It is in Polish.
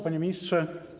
Panie Ministrze!